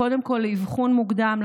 קודם כול לאבחון מוקדם,